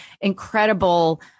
incredible